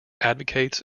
advocates